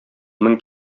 мең